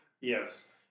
Yes